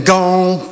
Gone